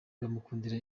bamukundira